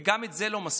וגם זה לא מספיק,